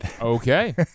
Okay